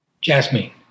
jasmine